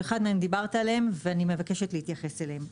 שאחד מהם דיברת עליו, ואני מבקשת להתייחס אליהם.